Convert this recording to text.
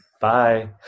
Bye